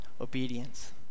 obedience